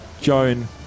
Joan